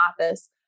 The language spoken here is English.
office